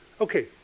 Okay